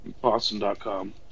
Boston.com